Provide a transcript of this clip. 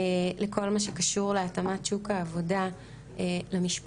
לכל מה שקשור להתאמת שוק העבודה למשפחה,